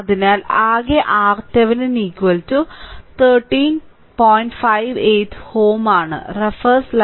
അതിനാൽ ആകെ RThevenin 13